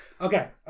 Okay